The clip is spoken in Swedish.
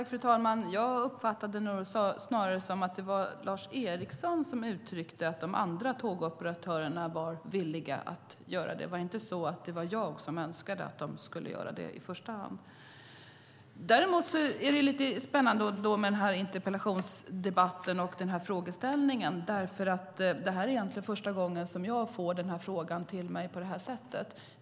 Fru talman! Jag uppfattade det nog snarare som att det var Lars Eriksson som uttryckte att det var de andra tågoperatörerna som var villiga att göra det. Det var inte jag som i första hand önskade att de skulle göra det. Det är däremot lite spännande med interpellationsdebatten och frågeställningen. Det är egentligen första gången jag får frågan till mig på det här sättet.